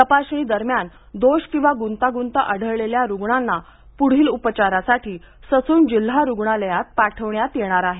तपासणी दरम्यासन दोष किंवा गुंतागुंत आढळलेल्या रूग्णांना पुढील उपचारासाठी ससून जिल्हा रुग्णालयात पाठवण्यात येणार आहे